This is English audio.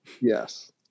Yes